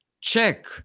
check